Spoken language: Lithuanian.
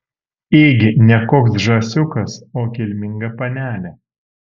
ėgi ne koks žąsiukas o kilminga panelė